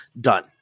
done